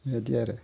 बेबायदि आरो